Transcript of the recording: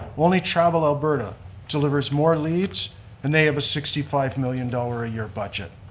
only travel alberta delivers more leads and they have a sixty five million dollars a year budget.